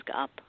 up